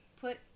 put